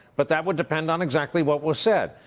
but that would depend on exactly what was said.